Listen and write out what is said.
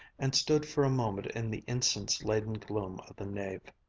and stood for a moment in the incense-laden gloom of the nave.